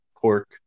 pork